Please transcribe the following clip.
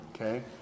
okay